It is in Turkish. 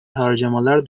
harcamalar